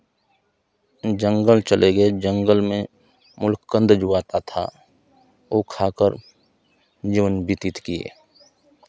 जंगल चले गए जंगल में मूलकन्द जो आता था ओ खाकर जीवन व्यतीत किये